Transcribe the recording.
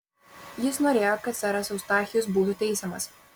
jis norėjo kad seras eustachijus būtų teisiamas